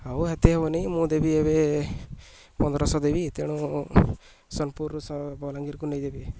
ଆଉ ହେତି ହେବନି ମୁଁ ଦେବି ଏବେ ପନ୍ଦରଶହ ଦେବି ତେଣୁ ସୋନପୁରରୁ ବଲାଙ୍ଗୀରକୁ ନେଇଦେବି